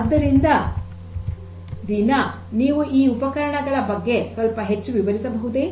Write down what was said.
ಆದ್ದರಿಂದ ದೀನಾ ನೀವು ಈ ಉಪಕರಣದ ಬಗ್ಗೆ ಸ್ವಲ್ಪ ಹೆಚ್ಚು ವಿವರಿಸಬಹುದೇ